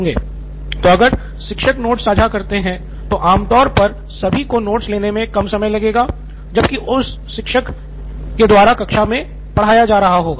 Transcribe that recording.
तो अगर शिक्षक नोट्स साझा करते है तो आमतौर पर सभी को नोट्स लेने में कम समय लगेगा जबकि उस शिक्षक कक्षा में पढ़ा रहा होगा